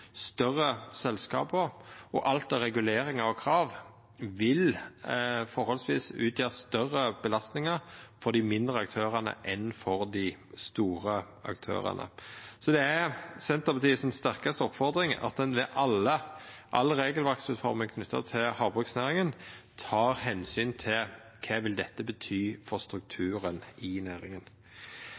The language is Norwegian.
større selskapa, og alt av reguleringar og krav vil, forholdsvis, utgjera større belastningar for dei mindre aktørane enn for dei store aktørane. Det er Senterpartiet si sterkaste oppfordring at ein ved all regelverksutforming knytt til havbruksnæringa tek omsyn til kva dette vil bety for strukturen i næringa.